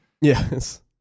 yes